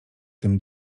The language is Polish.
tym